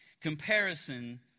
comparison